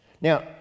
Now